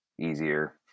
easier